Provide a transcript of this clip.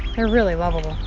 they're really lovable